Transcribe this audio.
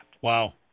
Wow